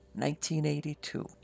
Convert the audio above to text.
1982